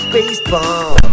Baseball